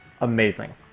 amazing